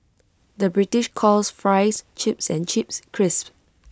the British calls Fries Chips and Chips Crisps